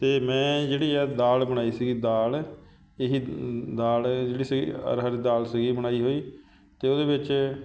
ਅਤੇ ਮੈਂ ਜਿਹੜੀ ਆ ਦਾਲ ਬਣਾਈ ਸੀਗੀ ਦਾਲ ਇਹ ਦਾਲ ਜਿਹੜੀ ਸੀ ਅਰਹਰ ਦੀ ਦਾਲ ਸੀਗੀ ਬਣਾਈ ਹੋਈ ਅਤੇ ਉਹਦੇ ਵਿੱਚ